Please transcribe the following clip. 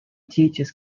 teaches